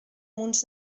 munts